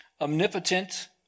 omnipotent